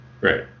right